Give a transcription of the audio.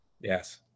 yes